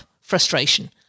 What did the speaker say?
frustration